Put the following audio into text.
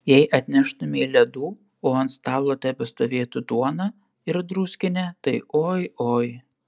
jei atneštumei ledų o ant stalo tebestovėtų duona ir druskinė tai oi oi